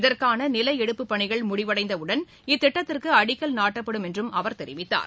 இதற்கான நில எடுப்புப்பனிகள் முடிவடைந்தவுடன் இத்திட்டத்திற்கு அடிக்கல் நாட்டப்படும் என்றும் அவர் தெரிவித்தார்